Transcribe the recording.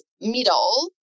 middle